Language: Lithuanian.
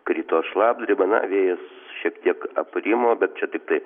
krito šlapdriba na vėjas šiek tiek aprimo bet čia tiktai